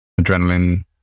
adrenaline